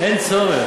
אין צורך.